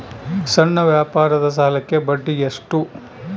ಸಣ್ಣ ವ್ಯಾಪಾರದ ಸಾಲಕ್ಕೆ ಬಡ್ಡಿ ಎಷ್ಟು?